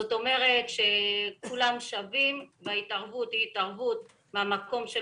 זאת אומרת שכולם שווים וההתערבות היא התערבות מהמקום של